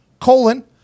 colon